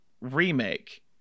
remake